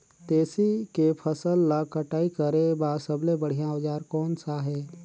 तेसी के फसल ला कटाई करे बार सबले बढ़िया औजार कोन सा हे?